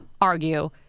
argue